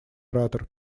оратор